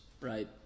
right